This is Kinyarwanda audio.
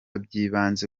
by’ibanze